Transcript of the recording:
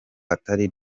atari